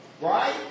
right